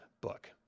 book